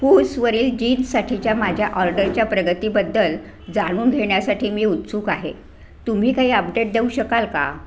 कूसवरील जीन्ससाठीच्या माझ्या ऑर्डरच्या प्रगतीबद्दल जाणून घेण्यासाठी मी उत्सुक आहे तुम्ही काही अपडेट देऊ शकाल का